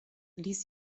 ließ